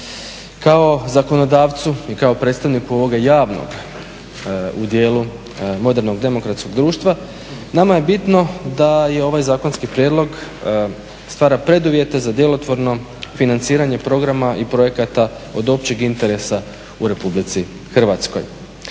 Kao zakonodavcu i kao predstavniku ovoga javnog u dijelu modernog demokratskog društva nama je bitno da i ovaj zakonski prijedlog stvara preduvjete za djelotvorno financiranje programa i projekata od općeg interesa u Republici Hrvatskoj.